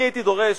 אני הייתי דורש,